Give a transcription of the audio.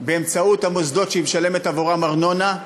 באמצעות המוסדות שהיא משלמת עליהם ארנונה,